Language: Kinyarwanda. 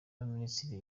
y’abaminisitiri